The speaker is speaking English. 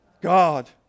god